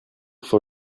for